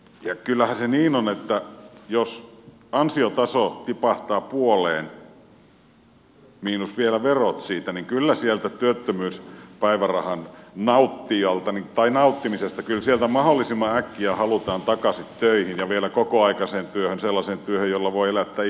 ja kyllähän se niin on että jos ansiotaso tipahtaa puoleen miinus vielä verot siitä niin kyllä sieltä työttömyyspäivärahan nauttimisesta mahdollisimman äkkiä halutaan takaisin töihin ja vielä kokoaikaiseen työhön sellaiseen työhön jolla voi elättää itsensä ja perheensä